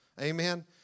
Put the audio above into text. Amen